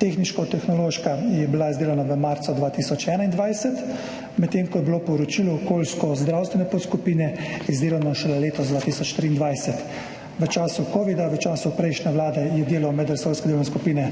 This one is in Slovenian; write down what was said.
Tehniškotehnološka je bila izdelana v marcu 2021, medtem ko je bilo poročilo okoljskozdravstvene podskupine izdelano šele letos, 2023. V času kovida, v času prejšnje vlade, je delo medresorske delovne skupine